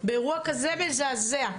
באירוע כזה מזעזע,